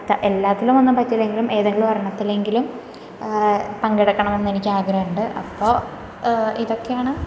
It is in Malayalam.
എല്ലാത്തിലും ഒന്നും പറ്റില്ലെങ്കിലും ഏതെങ്കിലും ഒരെണ്ണത്തിലെങ്കിലും പങ്കെടുക്കണമെന്നെനിക്ക് ആഗ്രഹമുണ്ട് അപ്പോൾ ഇതൊക്കെയാണ്